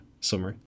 summary